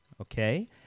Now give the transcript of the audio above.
okay